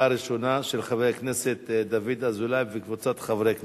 של חבר הכנסת דוד אזולאי וקבוצת חברי כנסת,